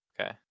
Okay